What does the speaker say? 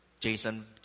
Jason